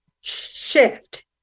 shift